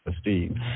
Steve